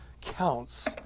counts